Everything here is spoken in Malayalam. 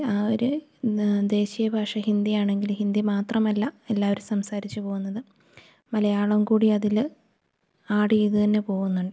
ആ ഒരു ദേശീയ ഭാഷ ഹിന്ദിയാണെങ്കില് ഹിന്ദി മാത്രമല്ല എല്ലാവരും സംസാരിച്ചു പോവുന്നത് മലയാളം കൂടിയതില് ആഡെയ്തു തന്നെ പോവുന്നുണ്ട്